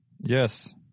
Yes